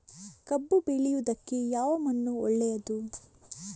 ಕಬ್ಬು ಬೆಳೆಯುವುದಕ್ಕೆ ಯಾವ ಮಣ್ಣು ಒಳ್ಳೆಯದು?